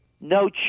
no